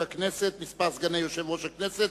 (מספר סגני יושב-ראש הכנסת